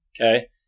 okay